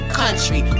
country